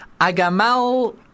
agamal